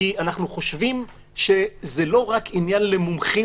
כי אנחנו חושבים שזה לא רק עניין למומחים